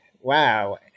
wow